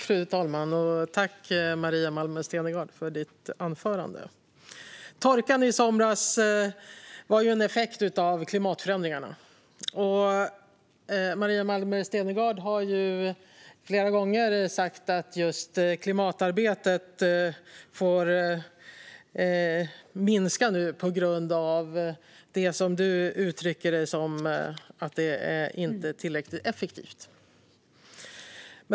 Fru talman! Tack för ditt anförande, Maria Malmer Stenergard! Torkan i somras var en effekt av klimatförändringarna. Maria Malmer Stenergard har flera gånger sagt att klimatarbetet nu får minska på grund av att det - som hon uttrycker det - inte är tillräckligt effektivt.